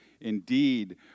indeed